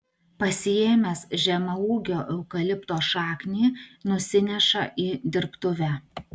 pasiėmęs žemaūgio eukalipto šaknį nusineša į dirbtuvę